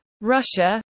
Russia